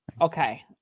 okay